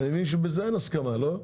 אני מבין שבזה אין הסכמה, לא?